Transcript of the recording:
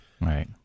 Right